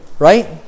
Right